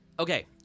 Okay